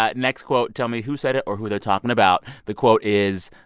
ah next quote. tell me who said it or who they're talking about. the quote is,